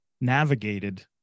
navigated